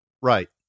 right